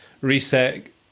reset